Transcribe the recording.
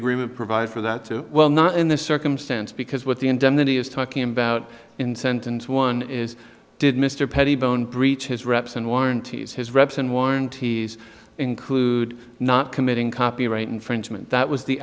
agreement provides for that well not in this circumstance because what the indemnity is talking about in sentence one is did mr pettibone breach his reps and warranties his reps and warranties include not committing copyright infringement that was the